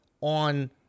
on